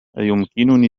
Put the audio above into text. أيمكنني